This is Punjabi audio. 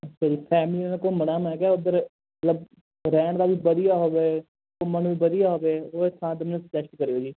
ਅੱਛਾ ਜੀ ਫੈਮਿਲੀ ਨਾਲ ਘੁੰਮਣਾ ਮੈਂ ਕਿਹਾ ਉੱਧਰ ਮਤਲਬ ਰਹਿਣ ਦਾ ਵੀ ਵਧੀਆ ਹੋਵੇ ਘੁੰਮਣ ਨੂੰ ਵੀ ਵਧੀਆ ਹੋਵੇ ਕਰਿਓ ਜੀ